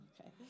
Okay